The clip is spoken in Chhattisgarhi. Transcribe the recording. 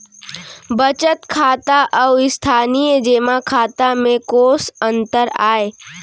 बचत खाता अऊ स्थानीय जेमा खाता में कोस अंतर आय?